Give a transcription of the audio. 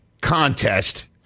contest